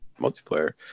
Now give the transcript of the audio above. multiplayer